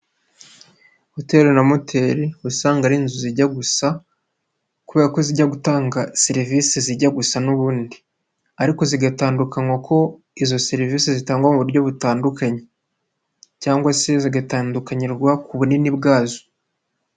Hoteli na moteri usanga ari inzu zijya gusa, kubera ko zijya gutanga serivisi zijya gusa n'ubundi. Ariko zigatandukanywa ko izo serivisi zitangwa mu buryo butandukanye, cyangwa se zigatandukanyirwa ku bunini bwazo.